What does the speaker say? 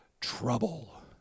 trouble